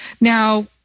Now